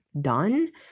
done